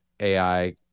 AI